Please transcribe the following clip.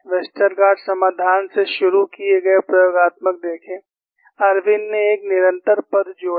Westergaard समाधान से शुरू किए गए प्रयोगात्मक देखें इरविन ने एक निरंतर पद जोड़ा